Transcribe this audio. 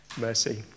mercy